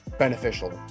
Beneficial